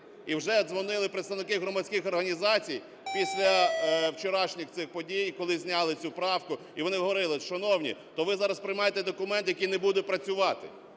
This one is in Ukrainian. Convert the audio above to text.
І вже дзвонили представники громадських організацій після вчорашніх цих подій, коли зняли цю правку, і вони говорили: шановні, то ви зараз приймаєте документ, який не буде працювати.